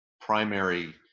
primary